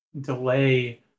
delay